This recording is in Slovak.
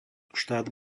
štát